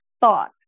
thought